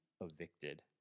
evicted